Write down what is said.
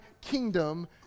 kingdom